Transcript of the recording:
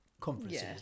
conferences